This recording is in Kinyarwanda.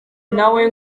nawe